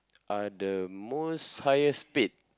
are the most highest paid